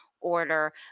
order